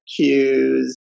cues